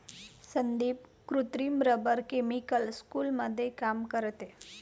संदीप कृत्रिम rubber chemical स्कूलमध्ये काम करते